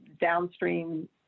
downstream